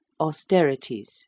AUSTERITIES